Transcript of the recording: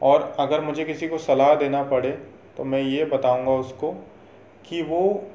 और अगर मुझे किसी को सलाह देना पड़े तो मैं यह बताऊँगा उसको कि वह